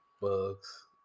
Bugs